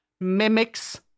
Mimics